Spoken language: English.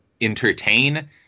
entertain